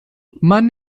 man